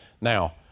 Now